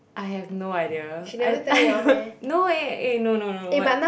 I have no idea I no eh eh no no no what